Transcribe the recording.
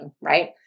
right